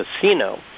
Casino